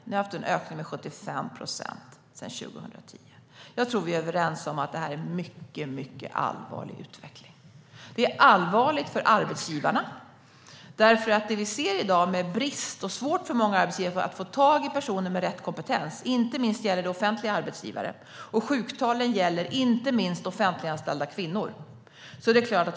Vi har haft en ökning med 75 procent sedan 2010. Jag tror att vi är överens om att det är en mycket allvarlig utveckling. Det är allvarligt för arbetsgivarna. I dag ser vi en brist, och väldigt många arbetsgivare har svårt att få tag i personer med rätt kompetens - inte minst gäller det offentliga arbetsgivare - och sjuktalen gäller inte minst offentliganställda kvinnor.